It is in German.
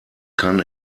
kann